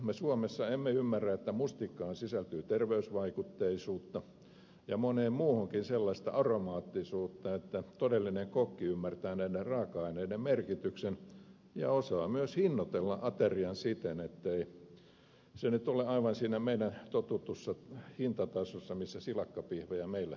me suomessa emme ymmärrä että mustikkaan sisältyy terveysvaikutteisuutta ja moneen muuhunkin sellaista aromaattisuutta että todellinen kokki ymmärtää näiden raaka aineiden merkityksen ja osaa myös hinnoitella aterian siten ettei se nyt ole aivan siinä meidän totutussa hintatasossamme missä silakkapihvejä meillä syödään